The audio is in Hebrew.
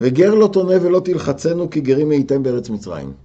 וגר לא תונה ולא תלחצנו כי גרים הייתם בארץ מצרים.